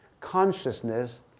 Consciousness